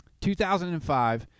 2005 –